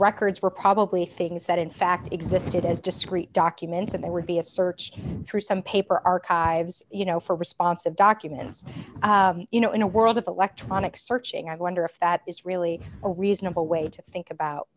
records were probably things that in fact existed as discrete documents and they were be a search through some paper archives you know for response of documents you know in a world of electronic searching i wonder if that is really a reasonable way to think about